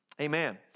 Amen